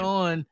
on